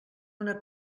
una